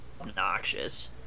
obnoxious